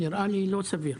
נראה לי לא סביר.